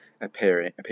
appearing